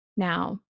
Now